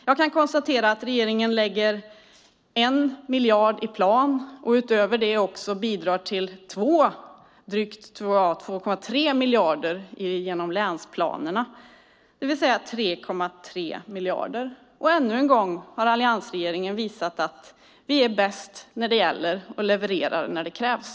Jag kan konstatera att regeringen lägger 1 miljard i plan och utöver detta också bidrar med 2,3 miljarder genom länsplanerna, det vill säga totalt 3,3 miljarder. Ännu en gång har alliansregeringen visat att vi är bäst när det gäller och levererar när det krävs!